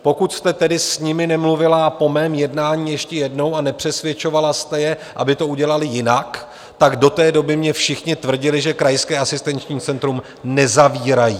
Pokud jste tedy s nimi nemluvila po mém jednání ještě jednou a nepřesvědčovala jste je, aby to udělali jinak, tak do té doby mně všichni tvrdili, že krajské asistenční centrum nezavírají.